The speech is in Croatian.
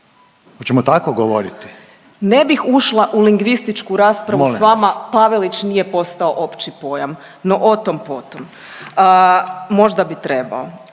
hoćemo tako govoriti./… Ne bih ušla u lingvističku raspravu s vama …/Upadica Reiner: Molim vas./… Pavelić nije postao opći pojam, no otom potom. Možda bi trebao.